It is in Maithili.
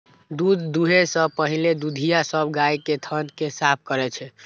दूध दुहै सं पहिने दुधिया सब गाय के थन कें साफ करै छै